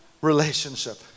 relationship